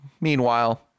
meanwhile